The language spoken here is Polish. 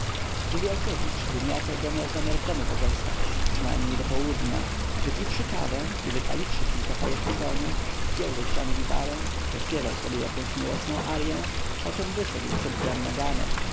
wywiałkiewicz dnia tego miał zamiar w domu pozostać przynajmniej do południa wypiwszy kawę i wypaliwszy parę fajek tytoniu zdjął ze ściany gitarę prześpiewał sobie jakąś miłosną aryę poczem wyszedł przed dom na ganek